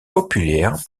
populaire